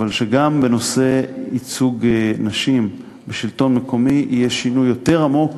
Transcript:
אבל שגם בנושא ייצוג נשים בשלטון מקומי יהיה שינוי יותר עמוק